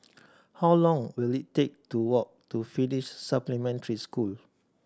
how long will it take to walk to Finnish Supplementary School